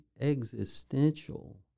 existential